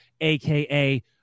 aka